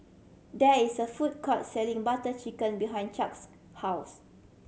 there is a food court selling Butter Chicken behind Chuck's house